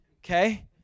Okay